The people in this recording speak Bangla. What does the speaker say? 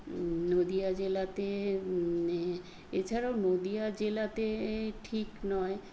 নদিয়া জেলাতে এছাড়াও নদিয়া জেলাতে ঠিক নয়